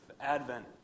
Advent